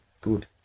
good